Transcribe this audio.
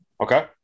Okay